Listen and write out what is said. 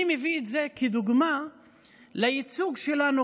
אני מביא את זה כדוגמה לייצוג שלנו,